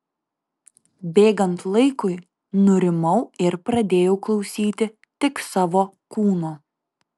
bėgant laikui nurimau ir pradėjau klausyti tik savo kūno